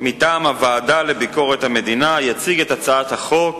מטעם הוועדה לביקורת המדינה יציג את הצעת החוק